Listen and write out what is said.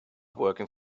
working